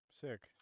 Sick